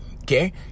okay